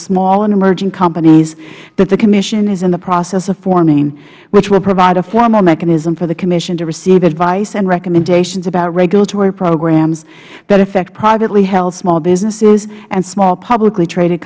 and emerging companies that the commission is in the process of forming which will provide a formal mechanism for the commission to receive advice and recommendations about regulatory programs that affect privately held businesses and small publicly traded